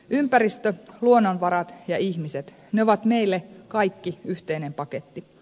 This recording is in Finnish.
ympäristö luonnonvarat ja ihmiset ne ovat meille kaikki yhteinen paketti